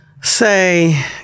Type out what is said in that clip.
say